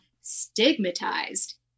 stigmatized